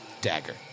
dagger